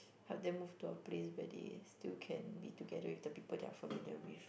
help them move to a place where they still can be together with the people they are familiar with